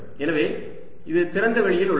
எனவே இது திறந்தவெளியில் உள்ளது